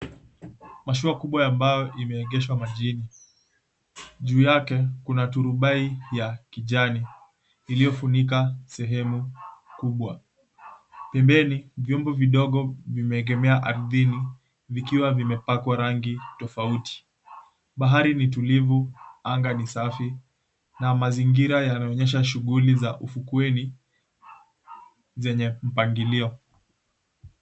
Mashua kubwa ya mbao imeegeshwa majini, juu yake kuna turubai ya kijani iliyofunika sehemu kubwa, pembeni vyombo vidogo vimeegemea ardhini vikiwa vimepakwa rangi tofauti. Bahari ni tulivu, anga ni safi na mazingira yanaonyesha shughuli za ufukweni zenye mpangilio.